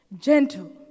gentle